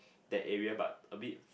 that area but a bit